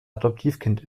adoptivkind